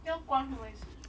要关什么意思